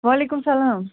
وعلیکُم سلام